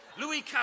Louis